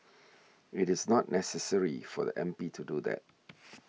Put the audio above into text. it's not necessary for the M P to do that